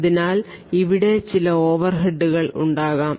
അതിനാൽ ഇവിടെ ചില ഓവർഹെഡുകൾ ഉണ്ടാകാം